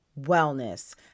wellness